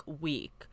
week